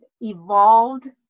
evolved